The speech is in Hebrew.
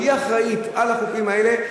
שאחראית לחופים האלה,